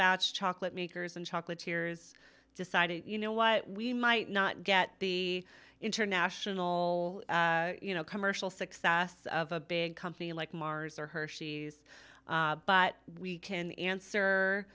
batch chocolate makers and chocolate ears decided you know what we might not get the international you know commercial success of a big company like mars or hershey's but we can answer